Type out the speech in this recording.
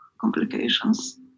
complications